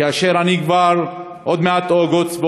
כאשר עוד מעט אוגוסט,